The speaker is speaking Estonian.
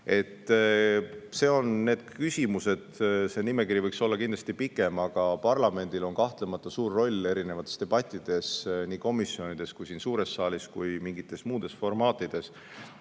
Need on need küsimused. See nimekiri võiks olla pikem, aga parlamendil on kahtlemata suur roll erinevates debattides nii komisjonides, siin suures saalis kui ka mingites muudes formaatides,